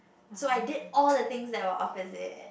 so I did all the things that were opposite